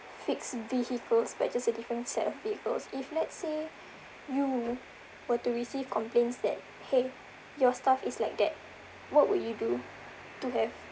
fix vehicles but it just a different set of vehicles if let's say you were to receive complains that !hey! your staff is like that what would you do to have